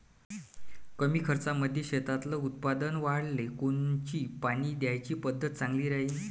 कमी खर्चामंदी शेतातलं उत्पादन वाढाले कोनची पानी द्याची पद्धत चांगली राहीन?